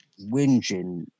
whinging